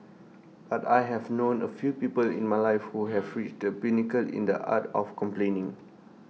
but I have known A few people in my life who have reached the pinnacle in the art of complaining